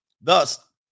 Thus